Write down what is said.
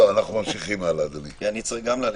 כי אני צריך גם ללכת.